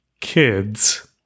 kids